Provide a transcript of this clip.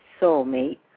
soulmate